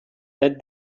that